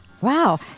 Wow